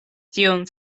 tiun